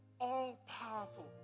all-powerful